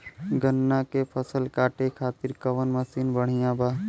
गन्ना के फसल कांटे खाती कवन मसीन बढ़ियां बा?